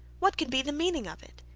what can be the meaning of it!